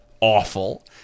awful